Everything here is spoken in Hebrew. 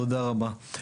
תודה רבה.